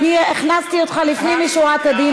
הכנסתי אותך לפנים משורת הדין,